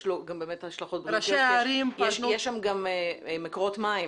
יש שם גם מקורות מים